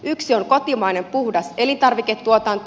yksi on kotimainen puhdas elintarviketuotanto